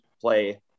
play